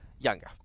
Younger